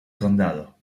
condado